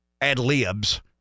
ad-libs